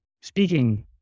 speaking